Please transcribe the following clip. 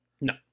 No